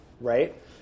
right